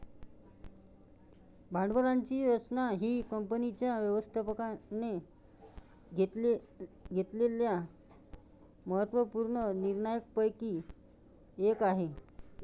भांडवलाची रचना ही कंपनीच्या व्यवस्थापकाने घेतलेल्या महत्त्व पूर्ण निर्णयांपैकी एक आहे